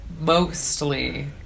mostly